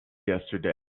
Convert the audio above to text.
yesterday